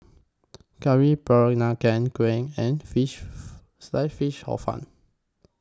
Curry Peranakan Kueh and Fish Sliced Fish Hor Fun